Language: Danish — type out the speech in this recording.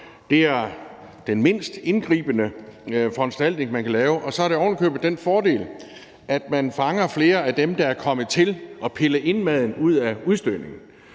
Det er den mindst indgribende foranstaltning, man kan lave. Og så har det ovenikøbet den fordel, at man fanger flere af dem, der er kommet til at pille indmaden ud af udstødningen.